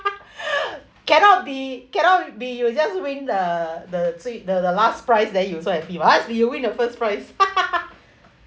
cannot be cannot be you just win the the the the last prize then you so happy once do you win the first prize